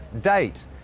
date